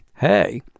hey